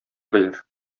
белер